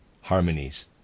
harmonies